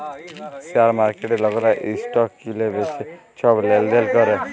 share মার্কেটে লকরা stock কিলে বিঁচে ছব লেলদেল ক্যরে